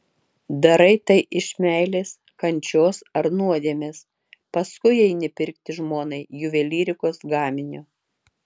darai tai iš meilės kančios ar nuodėmės paskui eini pirkti žmonai juvelyrikos gaminio